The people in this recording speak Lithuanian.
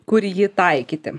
kur jį taikyti